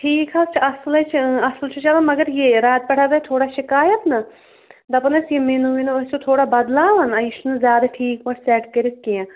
ٹھیٖک حظ چھُ اَصٕل چھِ اَصٕل چھُ چَلان مگر یہِ راتہٕ پٮ۪ٹھ آو تۄہہِ تھوڑا شِکایت نا دَپان أسۍ یہِ میٖنو وِنہٕ ٲسِو تھوڑا بَدلاوان یہِ چھُنہٕ زیادٕ ٹھیٖک پٲٹھۍ سیٚٹ کٔرِتھ کیٚنٛہہ